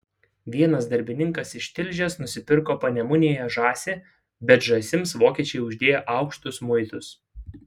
vienas darbininkas iš tilžės nusipirko panemunėje žąsį bet žąsims vokiečiai uždėję aukštus muitus